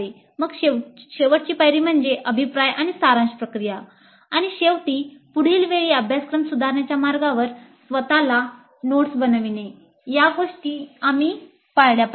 मग शेवटची पायरी म्हणजे अभिप्राय आणि सारांश प्रक्रिया आणि शेवटी पुढील वेळी अभ्यासक्रम सुधारण्याच्या मार्गावर स्वत ला नोट्स बनविणे या गोष्टी आम्ही पाळल्या पाहिजेत